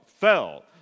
fell